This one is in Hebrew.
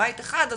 בית אחד,